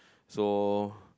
so